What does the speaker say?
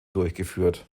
durchgeführt